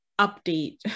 update